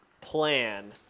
plan